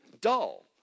dull